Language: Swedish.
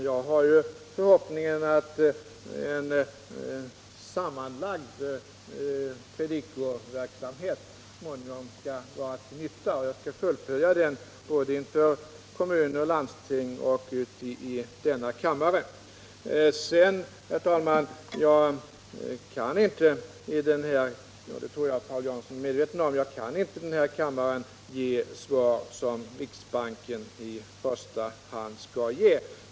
Jag har den förhoppningen att en längre tids samlad predikoverksamhet så småningom skall vara till nytta, och jag skall fullfölja den uppgiften både inför kommuner och landsting och i kammaren. Vidare trodde jag, herr talman, att Paul Jansson var medveten om att jag inte här i kammaren kan ge besked som riksbanken i första hand skall ge.